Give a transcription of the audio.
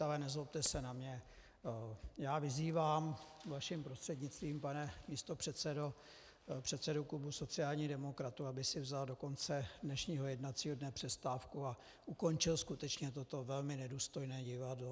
Ale nezlobte se na mě, já vyzývám, vaším prostřednictvím, pane místopředsedo, předsedu klubu sociálních demokratů, aby si vzal do konce dnešního jednacího dne přestávku a ukončil skutečně toto velmi nedůstojné divadlo.